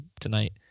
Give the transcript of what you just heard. tonight